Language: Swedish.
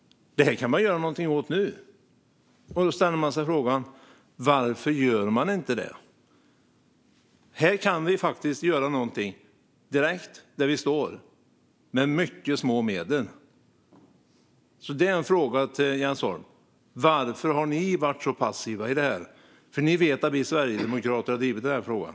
Detta kan man göra något åt nu. Varför gör man inte det? Här kan vi göra något direkt där vi står, med mycket små medel. Varför har ni varit så passiva, Jens Holm? Ni vet att vi sverigedemokrater har drivit frågan.